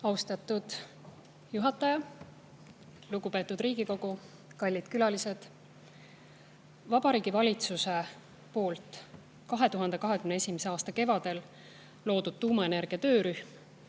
Austatud juhataja! Lugupeetud Riigikogu! Kallid külalised! Vabariigi Valitsuse poolt 2021. aasta kevadel loodud tuumaenergia töörühm,